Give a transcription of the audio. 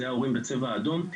זה ההורים בצבע האדום,